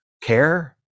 care